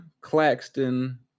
Claxton